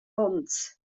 onns